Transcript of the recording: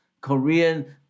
Korean